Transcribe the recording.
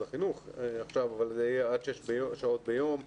החינוך אבל זה יהיה עד שש שעות ביום,